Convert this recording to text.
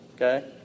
Okay